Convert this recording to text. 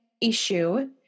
issue